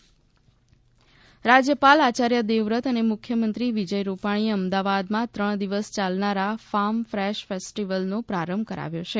farm fresh રાજ્યપાલ આચર્ય દેવવ્રત અને મુખ્યમંત્રી વિજય રૂપાણીએ અમદવાદમાં ત્રણ દિવસ યાલનાર ફાર્મ ફેશ ફેસ્ટીવલનો પ્રારંભ કરાવ્યો છે